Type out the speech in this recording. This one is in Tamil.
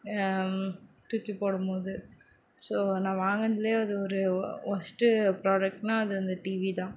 தூக்கி போடும் போது ஸோ நான் வாங்கினதுலே அது ஒரு ஓ ஒர்ஸ்ட்டு ப்ரோடக்ட்னால் அது அந்த டிவி தான்